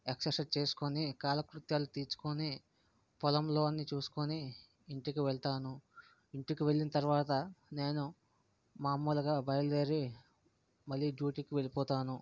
exercise చేసుకోని కాలకృత్యాలు తీర్చుకోని పొలంలో అన్నీ చూసుకోని ఇంటికి వెళ్తాను ఇంటికి వెళ్ళిన తరువాత నేను మాములుగా బయలు దేరి మళ్ళీ డ్యూటీకి వెళ్ళిపోతాను